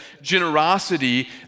generosity